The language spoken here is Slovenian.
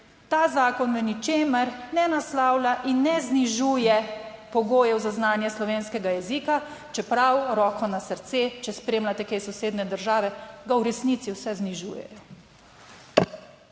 ta zakon v ničemer ne naslavlja in ne znižuje pogojev za znanje slovenskega jezika. Čeprav, roko na srce, če spremljate kaj sosednje države, ga v resnici vse znižujejo.